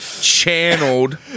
channeled